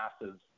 massive